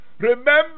Remember